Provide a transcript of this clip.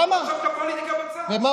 כשאני אהיה ראש הממשלה תבוא בטענות אליי.